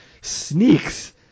sneaks